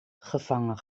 gevangen